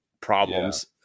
problems